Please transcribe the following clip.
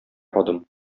адым